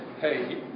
hey